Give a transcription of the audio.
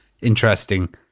interesting